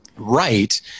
right